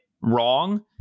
wrong